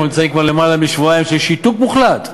אנחנו נמצאים כבר למעלה משבועיים בשיתוק מוחלט: